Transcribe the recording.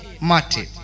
Mati